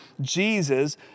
Jesus